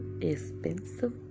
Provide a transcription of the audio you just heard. expensive